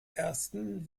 ersten